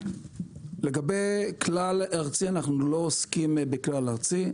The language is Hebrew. לגבי כלל ארצי, אנחנו לא עוסקים בכלל ארצי.